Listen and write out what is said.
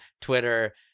Twitter